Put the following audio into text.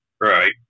Right